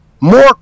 more